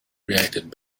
reacted